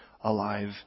alive